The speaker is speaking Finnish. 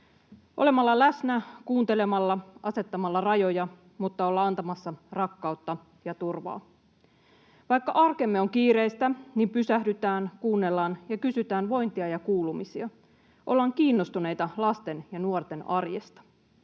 olemalla läsnä, kuuntelemalla, asettamalla rajoja, mutta olla antamassa rakkautta ja turvaa. Vaikka arkemme on kiireistä, niin pysähdytään, kuunnellaan ja kysytään vointia ja kuulumisia, ollaan kiinnostuneita lasten ja nuorten arjesta,